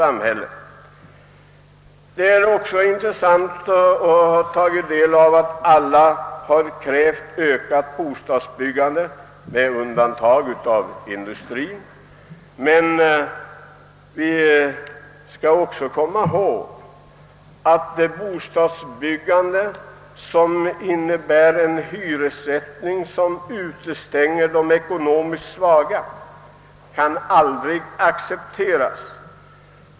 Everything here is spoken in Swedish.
Alla — med undantag av industrien — har krävt ökat bostadsbyggande. Men vi skall komma ihåg att ett bostadsbyggande, som innebär en hyressättning som utestänger de ekonomiskt svaga, aldrig kan accepteras.